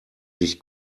sich